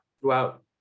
throughout